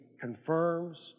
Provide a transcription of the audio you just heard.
confirms